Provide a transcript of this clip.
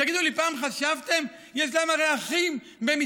תגידו לי, פעם חשבתם, יש להם הרי אחים במצרים.